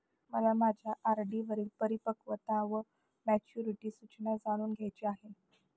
मला माझ्या आर.डी वरील परिपक्वता वा मॅच्युरिटी सूचना जाणून घ्यायची आहे